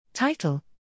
Title